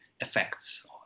effects